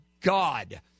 God